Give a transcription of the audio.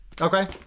Okay